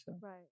Right